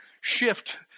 shift